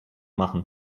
machen